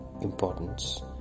importance